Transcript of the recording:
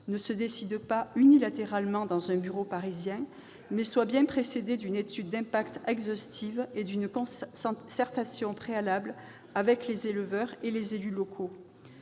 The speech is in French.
ne se décide pas unilatéralement dans un bureau parisien, mais soit bien précédée d'une étude d'impact exhaustive et d'une concertation préalable avec les éleveurs et les élus locaux.